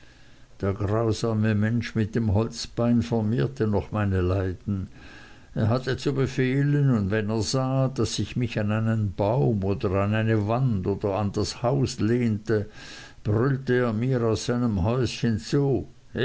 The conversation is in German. der grausame mensch mit dem holzbein vermehrte noch meine leiden er hatte zu befehlen und wenn er sah daß ich mich an einen baum oder an eine wand oder an das haus lehnte brüllte er mir aus seinem häuschen zu